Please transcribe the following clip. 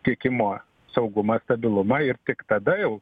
tiekimo saugumą stabilumą ir tik tada jau